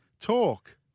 Talk